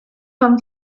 haben